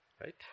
Right